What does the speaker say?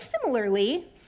similarly